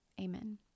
amen